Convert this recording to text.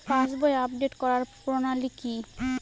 পাসবই update করার প্রণালী কি?